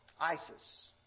ISIS